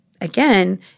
Again